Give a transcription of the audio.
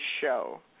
show